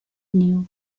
new